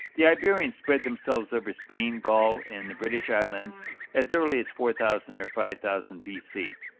the iberians spread themselves over spain, gaul, and the british islands as early as four thousand or five thousand b c.